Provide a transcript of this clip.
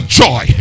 joy